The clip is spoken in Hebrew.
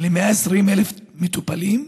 ל-120,000 מטופלים?